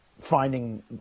finding